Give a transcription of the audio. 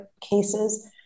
cases